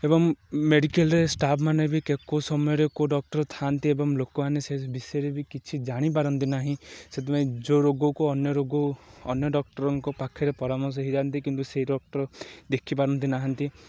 ଏବଂ ମେଡ଼ିକାଲ୍ରେ ଷ୍ଟାଫ୍ମାନେ ବି କେ କେଉଁ ସମୟରେ କେଉଁ ଡ଼କ୍ଟର୍ ଥାଆନ୍ତି ଏବଂ ଲୋକମାନେ ସେ ବିଷୟରେ ବି କିଛି ଜାଣିପାରନ୍ତି ନାହିଁ ସେଥିପାଇଁ ଯେଉଁ ରୋଗକୁ ଅନ୍ୟ ରୋଗ ଅନ୍ୟ ଡ଼କ୍ଟର୍ଙ୍କ ପାଖରେ ପରାମର୍ଶ ହେଇଯାନ୍ତି କିନ୍ତୁ ସେଇ ଡ଼କ୍ଟର୍ ଦେଖିପାରନ୍ତି ନାହାନ୍ତି